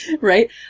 Right